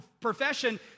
profession